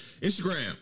Instagram